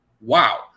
Wow